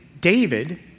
David